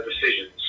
decisions